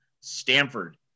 Stanford